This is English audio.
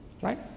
right